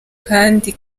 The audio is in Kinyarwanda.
kandi